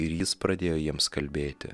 ir jis pradėjo jiems kalbėti